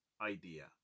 idea